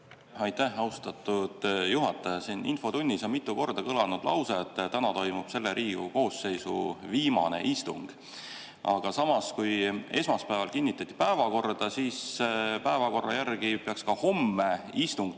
Aitäh, austatud juhataja! Siin infotunnis on mitu korda kõlanud lause, et täna toimub selle Riigikogu koosseisu viimane istung. Samas, esmaspäeval kinnitatud päevakorra järgi peaks ka homme istung